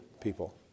people